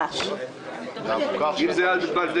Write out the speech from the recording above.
הרבה מהשאלות יכולות להיחסך על ידי פרסום